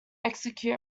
execute